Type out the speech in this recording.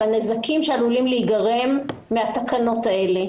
הנזקים שעלולים להיגרם מהתקנות האלה,